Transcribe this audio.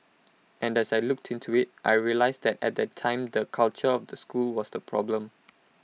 and as I looked into IT I realised that at that time the culture of the school was the problem